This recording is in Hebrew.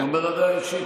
אני אומר את זה עליי אישית.